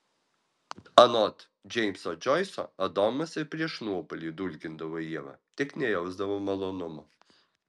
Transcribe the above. anot džeimso džoiso adomas ir prieš nuopuolį dulkindavo ievą tik nejausdavo malonumo